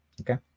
Okay